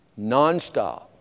nonstop